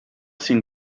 sin